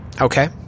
Okay